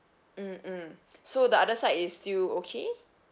mm mm so the other side is still okay